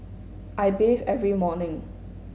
I bathe every morning